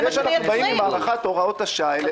העובדה שאנחנו באים עם הארכת הוראות השעה האלה,